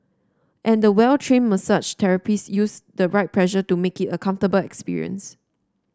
and the well train massage therapist use the right pressure to make it a comfortable experience